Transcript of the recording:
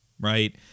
right